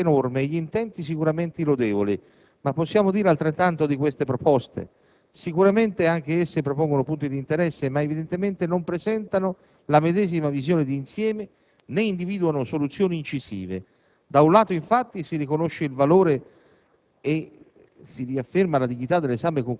e tutto è perfettibile, ma lo sforzo è stato enorme e gli intenti sicuramente lodevoli. Ma possiamo dire altrettanto di queste proposte? Sicuramente anch'esse propongono punti di interesse, ma evidentemente non presentano la medesima visione di insieme, né individuano soluzioni incisive. Da un lato, infatti, si riconosce il valore